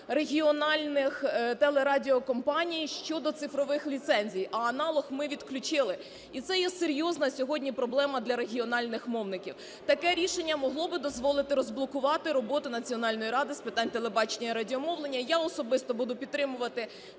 регіональних телерадіокомпаній щодо цифрових ліцензій, а аналог ми відключили. І це серйозна сьогодні проблема для регіональних мовників. Таке рішення могло би дозволити розблокувати роботу Національної ради з питань телебачення і радіомовлення. Я особисто буду підтримувати